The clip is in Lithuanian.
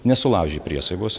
nesulaužė priesaikos